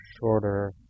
shorter